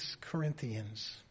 Corinthians